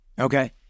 Okay